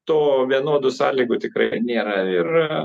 to vienodų sąlygų tikrai nėra ir